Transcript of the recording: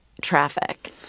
traffic